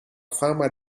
fama